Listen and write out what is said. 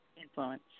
influence